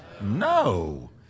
No